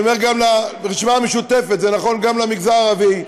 אני אומר גם לרשימה המשותפת: זה נכון גם למגזר הערבי.